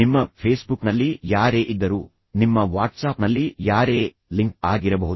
ನಿಮ್ಮ ಫೇಸ್ಬುಕ್ನಲ್ಲಿ ಯಾರೇ ಇದ್ದರೂ ನಿಮ್ಮ ವಾಟ್ಸಾಪ್ನಲ್ಲಿ ಯಾರೇ ಲಿಂಕ್ ಆಗಿರಬಹುದು